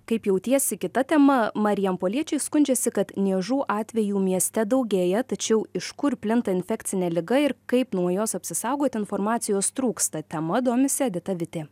kaip jautiesi kita tema marijampoliečiai skundžiasi kad niežų atvejų mieste daugėja tačiau iš kur plinta infekcinė liga ir kaip nuo jos apsisaugot informacijos trūksta tema domisi edita vitė